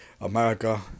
America